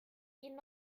ihnen